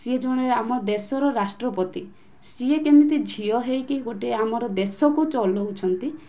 ସିଏ ଜଣେ ଆମର ଦେଶର ରାଷ୍ଟ୍ରପତି ସିଏ କେମିତି ଝିଅ ହୋଇକି ଗୋଟିଏ ଆମର ଦେଶକୁ ଚଲାଉଛନ୍ତି